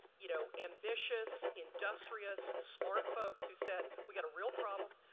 you know, ambitious, industrious, smart folks who said we got a real problem.